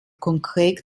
konkret